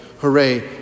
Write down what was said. Hooray